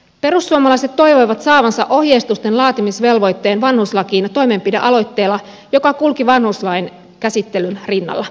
perussuomalaiset toivoivat saavansa ohjeistusten laatimisvelvoitteen vanhuslakiin toimenpidealoitteella joka kulki vanhuslain käsittelyn rinnalla